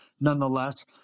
nonetheless